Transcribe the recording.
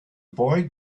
boy